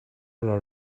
her